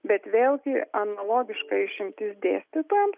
bet vėlgi analogiška išimtis dėstytojams